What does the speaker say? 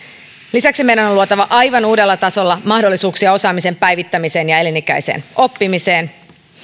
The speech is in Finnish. lisäksi meidän on luotava aivan uudella tasolla mahdollisuuksia osaamisen päivittämiseen ja elinikäiseen oppimiseen